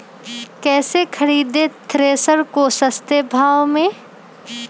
कैसे खरीदे थ्रेसर को सस्ते भाव में?